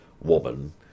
woman